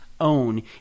own